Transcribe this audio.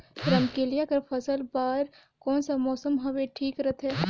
रमकेलिया के फसल बार कोन सा मौसम हवे ठीक रथे?